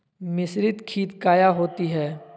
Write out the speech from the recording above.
मिसरीत खित काया होती है?